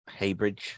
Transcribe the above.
Haybridge